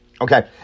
Okay